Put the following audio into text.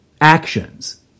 actions